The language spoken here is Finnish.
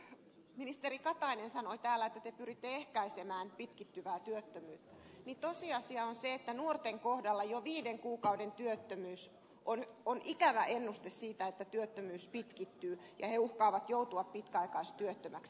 kun ministeri katainen sanoi täällä että te pyritte ehkäisemään pitkittyvää työttömyyttä niin tosiasia on se että nuorten kohdalla jo viiden kuukauden työttömyys on ikävä ennuste siitä että työttömyys pitkittyy ja he uhkaavat joutua pitkäaikaistyöttömäksi